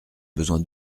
besoin